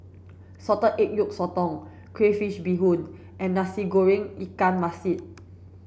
salted egg yolk Sotong crayfish Beehoon and Nasi Goreng Ikan Masin